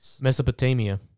Mesopotamia